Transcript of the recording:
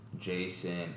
Jason